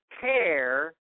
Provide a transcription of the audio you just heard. care